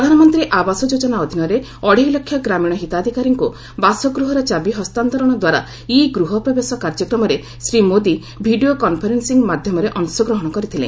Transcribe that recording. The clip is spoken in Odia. ପ୍ରଧାନମନ୍ତ୍ରୀ ଆବାସ ଯୋଜନା ଅଧୀନରେ ଅଢ଼େଇ ଲକ୍ଷ ଗ୍ରାମୀଣ ହିତାଧିକାରୀଙ୍କୁ ବାସଗୃହର ଚାବି ହସ୍ତାନ୍ତରଣଦ୍ୱାରା ଇ ଗୃହପ୍ରବେଶ କାର୍ଯ୍ୟକ୍ରମରେ ଶ୍ରୀ ମୋଦି ଭିଡ଼ିଓ କନ୍ଫରେନ୍ସିଂ ମାଧ୍ୟମରେ ଅଂଶଗ୍ରହଣ କରିଥିଲେ